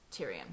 Tyrion